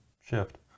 shift